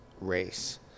race